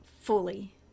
fully